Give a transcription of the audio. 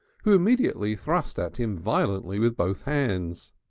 who immediately thrust at him violently with both hands.